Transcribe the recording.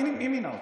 מי מינה אותו?